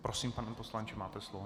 Prosím, pane poslanče, máte slovo.